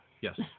yes